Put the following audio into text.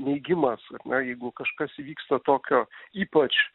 neigimas ar ne jeigu kažkas įvyksta tokio ypač